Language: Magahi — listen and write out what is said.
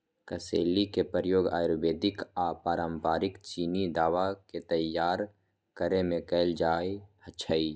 कसेली के प्रयोग आयुर्वेदिक आऽ पारंपरिक चीनी दवा के तइयार करेमे कएल जाइ छइ